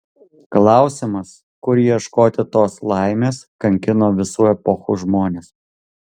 klausimas kur ieškoti tos laimės kankino visų epochų žmones